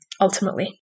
ultimately